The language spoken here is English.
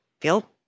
feel